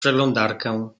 przeglądarkę